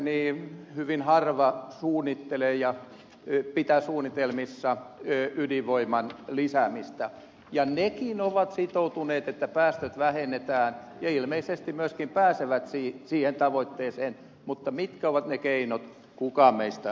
tietääkseni hyvin harva suunnittelee ja pitää suunnitelmissa ydinvoiman lisäämistä ja nekin ovat sitoutuneet siihen että päästöjä vähennetään ja ilmeisesti myöskin pääsevät siihen tavoitteeseen mutta mitkä ovat ne keinot kukaan meistä ei tiedä